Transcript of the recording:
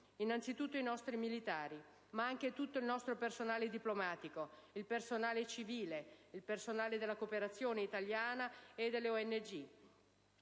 innanzitutto i nostri militari, ma anche tutto il personale diplomatico, il personale civile, della cooperazione italiana e delle ONG,